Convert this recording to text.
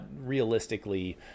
realistically